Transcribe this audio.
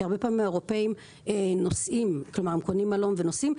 כי הרבה פעמים האירופאים קונים מלון ונוסעים.